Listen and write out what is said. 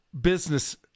business